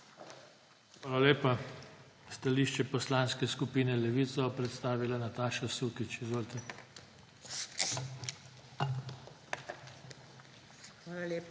Hvala lepa. Stališče Poslanske skupine Levica bo predstavila Nataša Sukič. Izvolite. NATAŠA